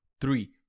three